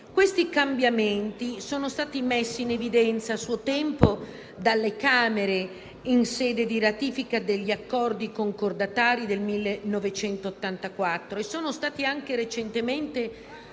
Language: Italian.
Questi cambiamenti sono stati messi in evidenza a suo tempo dalle Camere in sede di ratifica degli Accordi concordatari del 1984 e sono stati recentemente